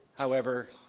however,